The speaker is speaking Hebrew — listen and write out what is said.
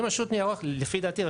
לפי דעתי,